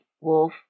wolf